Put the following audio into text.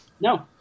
No